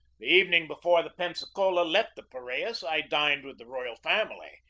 the evening before the pensacola left the piraeus i dined with the royal family,